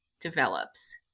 develops